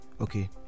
okay